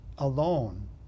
alone